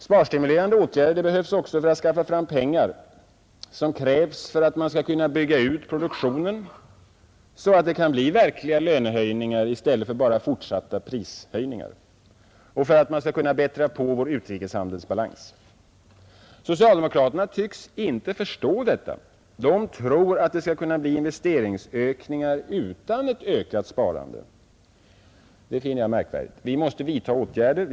Sparstimulerande åtgärder behövs även för att skaffa fram pengar som krävs för att man skall kunna bygga ut produktionen så att det kan bli verkliga lönehöjningar i stället för bara fortsatta prishöjningar och för att man skall kunna bättra på vår utrikeshandelsbalans. Socialdemokraterna tycks inte förstå detta. De tror att det skall kunna bli investeringsökningar utan ett ökat sparande. Det finner jag märkvärdigt. Vi måste vidta åtgärder.